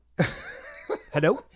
Hello